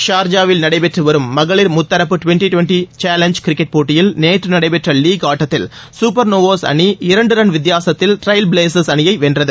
ஷார்ஜாவில் நடைபெற்று வரும் மகளிர் முத்தரப்பு டுவன்டி டுவன்டி சேலஞ்ச் கிரிக்கெட் போட்டியில் நேற்று நடைபெற்ற லீக் ஆட்டத்தில் சூப்பர் நோவாஸ் அணி இரணடு ரன் வித்தியாசத்தில் ட்ரைல்பிளேஸர் அணியை வென்றது